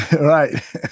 Right